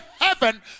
heaven